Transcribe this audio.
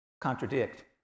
contradict